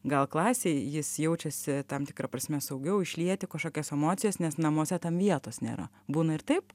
gal klasėj jis jaučiasi tam tikra prasme saugiau išlieti kažkokias emocijas nes namuose tam vietos nėra būna ir taip